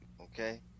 okay